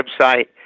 website